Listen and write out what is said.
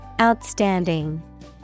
Outstanding